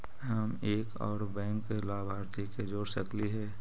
हम एक और बैंक लाभार्थी के जोड़ सकली हे?